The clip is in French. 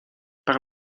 par